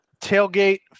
tailgate